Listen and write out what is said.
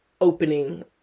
opening